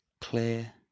clear